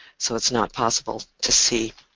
so it's not possible to see